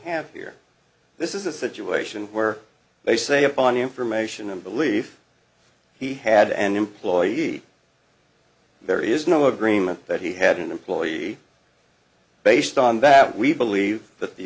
have here this is a situation where they say upon information and belief he had an employee there is no agreement that he had an employee based on that we believe that the